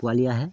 পোৱালি আহে